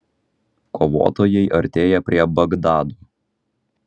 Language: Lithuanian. kovotojai artėja prie bagdado